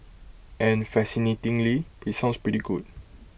and fascinatingly IT sounds pretty good